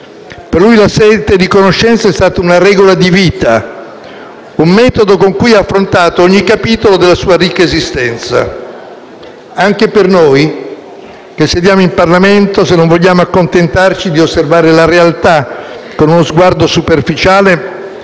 Per lui la sete di conoscenza è stata una regola di vita, un metodo con cui ha affrontato ogni capitolo della sua ricca esistenza. Anche per noi, che sediamo in Parlamento, se non vogliamo accontentarci di osservare la realtà con uno sguardo superficiale,